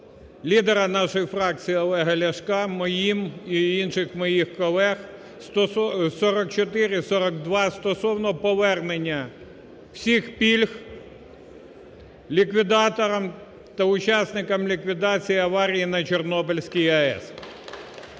лідера нашої фракції Олега Ляшка, моїм і інших моїх колег (4442) стосовно повернення всіх пільг ліквідаторам та учасникам ліквідації аварії на Чорнобильській АЕС.